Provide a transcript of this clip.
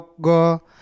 go